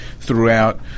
throughout